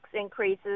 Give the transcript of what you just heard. increases